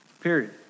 Period